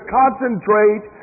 concentrate